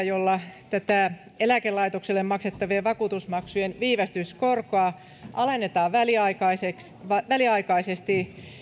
jolla eläkelaitokselle maksettavien vakuutusmaksujen viivästyskorkoa alennetaan väliaikaisesti väliaikaisesti